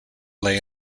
lay